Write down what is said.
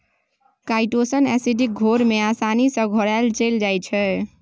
chitosan acidic घोर मे आसानी सँ घोराएल चलि जाइ छै